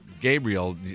Gabriel